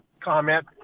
comment